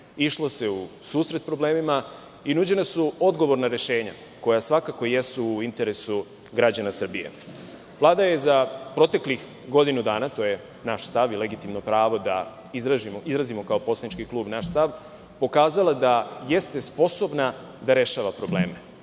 Išlo se u susret problemima i nuđena su odgovorna rešenja, koja svakako jesu u interesu građana Srbije. Vlada je za proteklih godinu dana, to je naš stav i legitimno pravo da izrazimo kao poslanički klub naš stav, pokazala da jeste sposobna da rešava probleme.